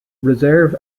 reserve